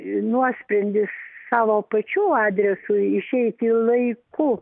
nuosprendis savo pačių adresui išeiti laiku